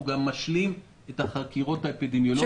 הוא גם משלים את החקירות האפידמיולוגיות.